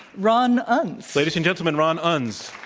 ron unz. ladies and gentlemen, ron unz.